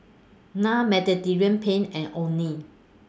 Naan Mediterranean Penne and Only